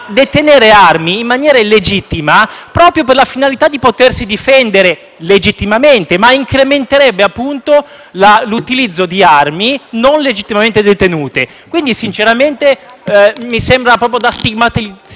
detenerle in maniera illegittima, proprio per la finalità di potersi difendere legittimamente. La conseguenza sarebbe un incremento nell'utilizzo di armi non legittimamente detenute. Quindi, sinceramente, mi sembra da stigmatizzare